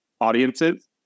audiences